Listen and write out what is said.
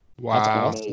Wow